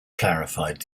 clarified